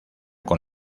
con